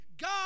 God